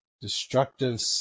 Destructive